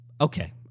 Okay